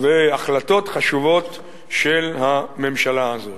והחלטות חשובות של הממשלה הזאת.